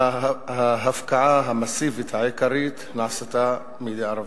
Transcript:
ההפקעה המסיבית העיקרית נעשתה מידי ערבים.